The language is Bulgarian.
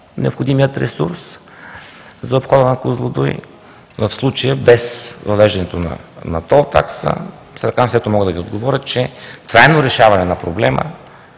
необходимия ресурс за обхода на Козлодуй, в случая – без въвеждането на тол такса. С ръка на сърцето мога да Ви отговоря, че трайно решаване на проблема